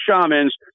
shamans